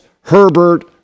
Herbert